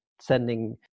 sending